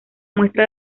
muestra